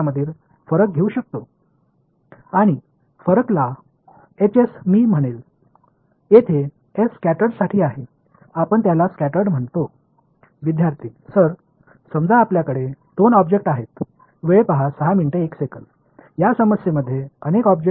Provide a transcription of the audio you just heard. எனவே அதுதான் சிதறிய மின்சார புலம் இதேபோல் பொருள் இருக்கும் போதும் மற்றும் பொருள் இல்லாத போதும் காந்தப்புலத்தின் வித்தியாசத்தை நான் எடுக்க முடியும் இதை நான் Hs என அழைப்பேன் s என்றால் ஸ்கடடு ஆகும்